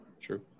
True